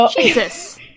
Jesus